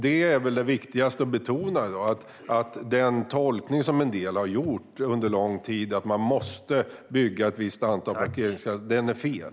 Det viktigaste att betona är att den tolkning som en del har gjort under lång tid, det vill säga att man måste bygga ett visst antal parkeringsplatser, är fel.